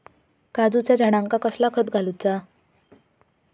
काजूच्या झाडांका कसला खत घालूचा?